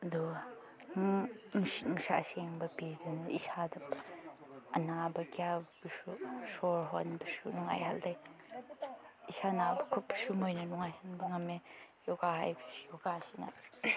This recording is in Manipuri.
ꯑꯗꯨ ꯅꯨꯡꯁꯤꯠ ꯅꯨꯡꯁꯥ ꯁꯦꯡꯕ ꯄꯤꯕꯗꯨꯅ ꯏꯁꯥꯗ ꯑꯅꯥꯕ ꯀꯌꯥꯕꯨꯁꯨ ꯁꯣꯔ ꯍꯣꯟꯕꯁꯨ ꯅꯨꯡꯉꯥꯏꯍꯜꯂꯦ ꯏꯁꯥ ꯅꯥꯕ ꯈꯣꯠꯄꯁꯨ ꯃꯣꯏꯅ ꯅꯨꯡꯉꯥꯏꯍꯟꯕ ꯉꯝꯃꯦ ꯌꯣꯒꯥ ꯍꯥꯏꯕꯁꯤ ꯌꯣꯒꯥꯁꯤꯅ